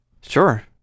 Sure